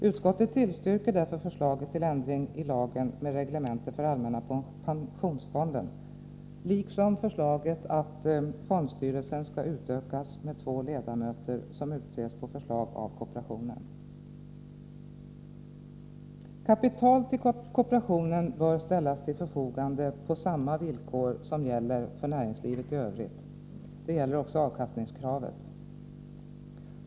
Utskottet tillstyrker därför förslaget till ändring i lagen med reglemente för allmänna pensionsfonden liksom förslaget att fondstyrelsen skall utökas med två ledamöter, som utses på förslag av kooperationen. Kapital till kooperationen bör ställas till förfogande på samma villkor som gäller för näringslivet i övrigt. Även beträffande avkastningskravet bör samma villkor gälla.